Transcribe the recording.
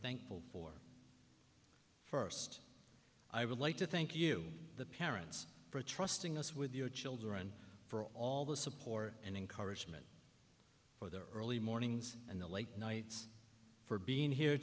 thankful for first i would like to thank you the parents for trusting us with your children for all the support and encouragement for the early mornings and the late nights for being here